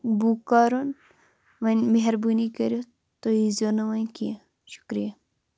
book کَرُن وۄنۍ مہَربٲنی کٔرِتھ تُہۍ ییٖزیو نہٕ وۄنۍ کینٛہہ شُکریہ